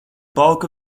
bulk